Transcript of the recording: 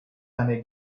eine